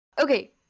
Okay